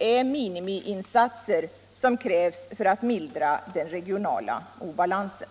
är minimiinsatser som krävs för att mildra den regionala obalansen.